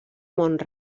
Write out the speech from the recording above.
mont